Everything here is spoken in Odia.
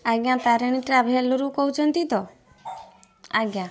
ଆଜ୍ଞା ତାରେଣୀ ଟ୍ରାଭେଲ୍ରୁ କହୁଛନ୍ତି ତ ଆଜ୍ଞା